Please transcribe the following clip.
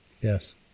Yes